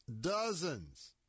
dozens